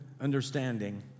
understanding